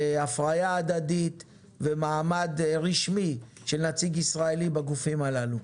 הפריה הדדית ומעמד רשמי של נציג ישראלי בגופים הללו.